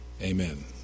Amen